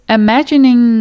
imagining